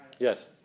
Yes